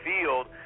field